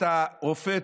חברים,